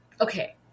Okay